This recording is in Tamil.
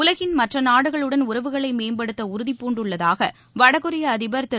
உலகின் மற்ற நாடுகளுடன் உறவுகளை மேம்படுத்த உறுதிபூண்டுள்ளதாக வடகொரிய அதிபர் திரு